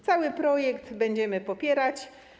Cały projekt będziemy popierać.